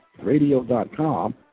radio.com